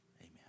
Amen